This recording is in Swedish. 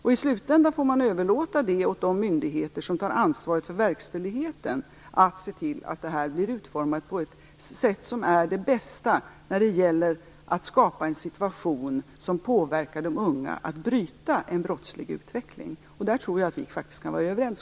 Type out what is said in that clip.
I slutänden får man överlåta åt de myndigheter som tar ansvar för verkställigheten att se till att det blir utformat på ett sätt som är det bästa när det gäller att skapa en situation som påverkar de unga att bryta en brottslig utveckling. Där tror jag att Gun Hellsvik och jag kan vara överens.